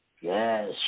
Yes